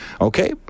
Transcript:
okay